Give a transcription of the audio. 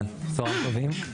צוהריים טובים,